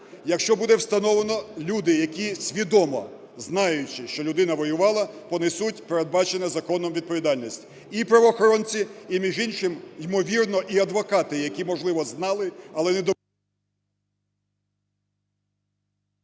Якщо буде встановлено, люди, які свідомо, знаючи, що людина воювала, понесуть передбачену законом відповідальність і правоохоронці і, між іншим, ймовірно і адвокати, які, можливо, знали але не…